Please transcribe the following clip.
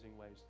ways